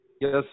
Yes